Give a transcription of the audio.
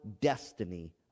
destiny